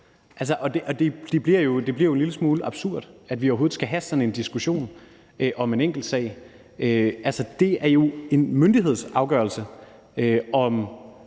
Det bliver en lille smule absurd, at vi overhovedet skal have sådan en diskussion om en enkeltsag. Det er jo en myndighedsafgørelse, om